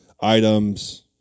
items